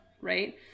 right